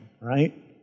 right